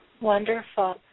Wonderful